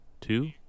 two